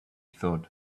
thought